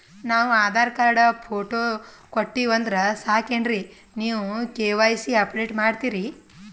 ನಾವು Aadhaar card, photo ಕೊಟ್ಟೀವಂದ್ರ ಸಾಕೇನ್ರಿ ನೀವ ಕೆ.ವೈ.ಸಿ ಅಪಡೇಟ ಮಾಡ್ತೀರಿ?